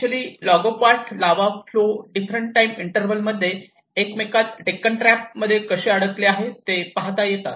actually लागोपाठ lava flow different time interval मध्ये एकमेकात डेक्कन ट्रॅप मध्ये कसे अडकले गेले आहेत ते पाहता येते